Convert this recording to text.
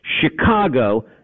Chicago